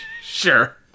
sure